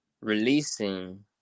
releasing